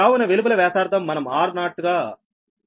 కావున వెలుపల వ్యాసార్థం మనం r0 గా తీసుకుంటున్నాము